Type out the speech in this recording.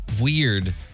weird